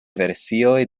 versioj